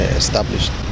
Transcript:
established